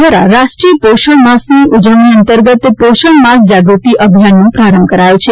દ્વારા રાષ્ટ્રીય પોષણ માસની ઉજવણી અંતર્ગત પોષણ માસ જાગૃતિ અભિયાનનો પ્રારંભ કરાયો છે